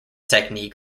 technique